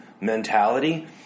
mentality